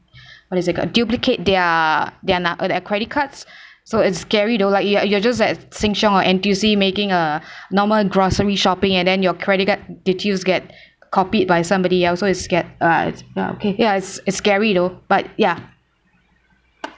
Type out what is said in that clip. what is it called duplicate their their num~ uh their credit cards so it's scary though like you are you are just at Sheng Siong or N_T_U_C making a normal grocery shopping and then your credit card details get copied by somebody else so is scared ah it's uh okay ya it's scary though but ya